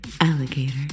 Alligator